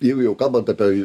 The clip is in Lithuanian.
jeigu jau kalbant apie